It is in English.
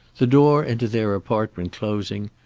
the door into their apartment closing,